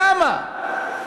למה?